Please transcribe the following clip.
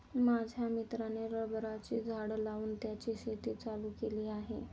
माझ्या मित्राने रबराची झाडं लावून त्याची शेती चालू केली आहे